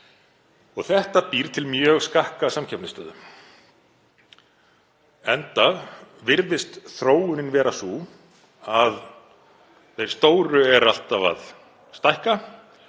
Það býr til mjög skakka samkeppnisstöðu, enda virðist þróunin vera sú að þeir stóru eru alltaf að stækka